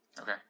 Okay